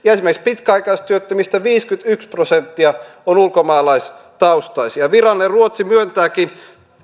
esimerkiksi pitkäaikaistyöttömistä viisikymmentäyksi prosenttia on ulkomaalaistaustaisia virallinen ruotsi myöntääkin